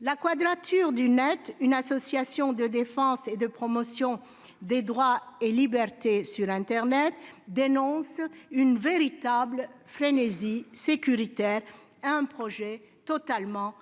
La Quadrature du Net, une association de défense et de promotion des droits et libertés sur internet, dénonce « une véritable frénésie sécuritaire » et « un projet totalement